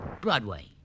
Broadway